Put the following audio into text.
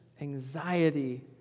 anxiety